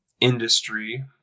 industry